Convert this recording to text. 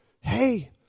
hey